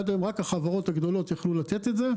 עד היום רק החברות הגדולות יכלו לתת את זה,